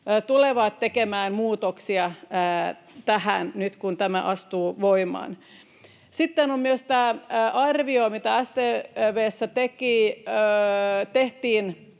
tulevat tekemään muutoksia tähän nyt, kun tämä astuu voimaan. Sitten on myös tämä arvio, mikä SDP:ssä tehtiin